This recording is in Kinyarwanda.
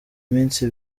iminsi